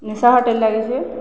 ନିଶା hotel ଲାଗିଛି